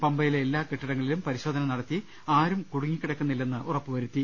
പമ്പയിലെ ഏഎല്ലാ കെട്ടിടങ്ങളിലും പരിശോധന നടത്തി ആരും കുടുങ്ങിക്കിടക്കുന്നില്ലെന്ന് ഉറപ്പാക്കി